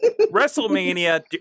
WrestleMania